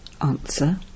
answer